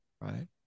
right